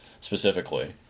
specifically